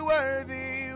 Worthy